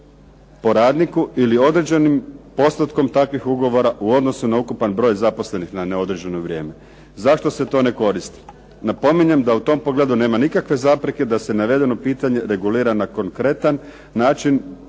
po radniku ili određenim postotkom takvih ugovora u odnosu na ukupan broj zaposlenih na neodređeno vrijeme. Zašto se to ne koristi. Napominjem da u tom pogledu nema nikakve zapreke da se navedeno pitanje regulira na konkretan način